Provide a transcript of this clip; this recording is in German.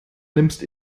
nimmst